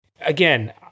Again